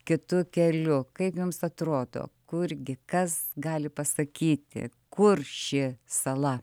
kitu keliu kaip jums atrodo kurgi kas gali pasakyti kur ši sala